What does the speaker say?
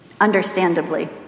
Understandably